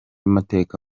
mateka